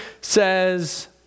says